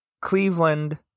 Cleveland